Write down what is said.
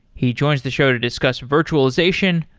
he joins the show to discuss virtualization,